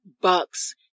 bucks